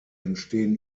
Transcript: entstehen